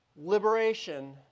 liberation